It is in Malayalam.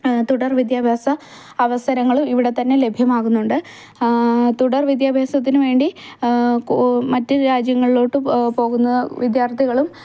തുടർ വിദ്യാഭാസ അവസരങ്ങളും ഇവിടെ തന്നെ ലഭ്യമാകുന്നുണ്ട് തുടർ വിദ്യാഭാസത്തിനുവേണ്ടി മറ്റ് രാജ്യങ്ങളിലോട്ട് പോകുന്ന വിദ്യാർത്ഥികളും